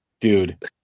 dude